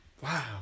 Wow